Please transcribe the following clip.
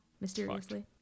mysteriously